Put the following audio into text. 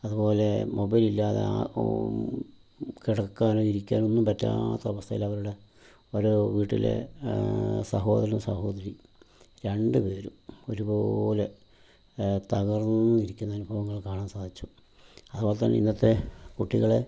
അതുപോലെ മൊബൈലില്ലാതെ കിടക്കാനോ ഇരിക്കാനൊന്നും പറ്റാത്ത അവസ്ഥേലവരുടെ ഓരോ വീട്ടിലെ സഹോദരനും സഹോദരീം രണ്ട് പേരും ഒരുപോലെ തകർന്നിരിക്കുന്ന അനുഭവങ്ങൾ കാണാൻ സാധിച്ചു അതുപോലെ തന്നെ ഇന്നത്തെ കുട്ടികളെ